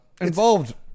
involved